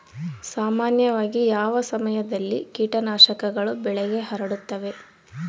ಸಾಮಾನ್ಯವಾಗಿ ಯಾವ ಸಮಯದಲ್ಲಿ ಕೇಟನಾಶಕಗಳು ಬೆಳೆಗೆ ಹರಡುತ್ತವೆ?